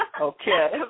Okay